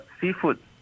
seafood